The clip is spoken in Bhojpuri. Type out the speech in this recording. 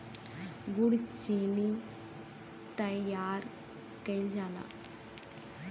गुड़ चीनी तइयार कइल जाला